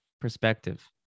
perspective